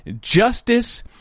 justice